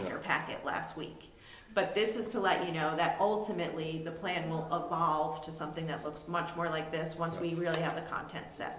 your packet last week but this is to let you know that ultimately the plan will have to something that looks much more like this once we really have the content